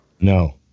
No